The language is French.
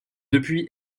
depuis